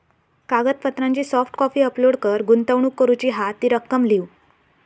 कागदपत्रांची soft copy upload कर, गुंतवणूक करूची हा ती रक्कम लिव्ह